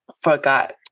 forgot